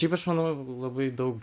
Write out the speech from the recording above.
taip aš manau labai daug